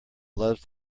loves